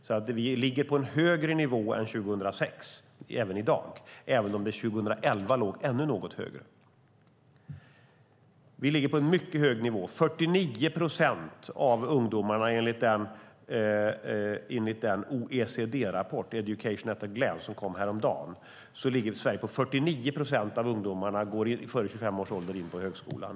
Sverige ligger i dag på en högre nivå än 2006, även om den 2011 låg ännu något högre. Sverige ligger på en mycket hög nivå. Enligt OECD-rapporten Education at a Glance , som kom häromdagen, går 49 procent av ungdomarna före 25 års ålder in på högskolan.